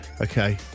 Okay